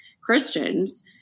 Christians